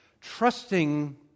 Trusting